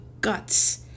guts